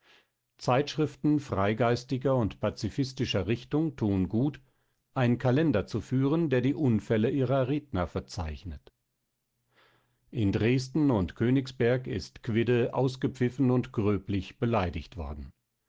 zeitschriften freigeistiger und pazifistischer richtung tun gut einen kalender zu führen der die unfälle ihrer redner verzeichnet in dresden und königsberg ist quidde ausgepfiffen und gröblich beleidigt worden